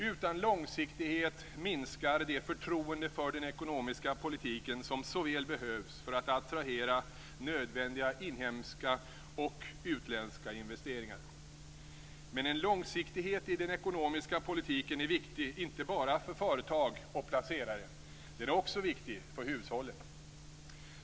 Utan långsiktighet minskar det förtroende för den ekonomiska politiken som så väl behövs för att attrahera nödvändiga inhemska och utländska investeringar. Men en långsiktighet i den ekonomiska politiken är viktig inte bara för företag och placerare. Den är också viktig för hushållen.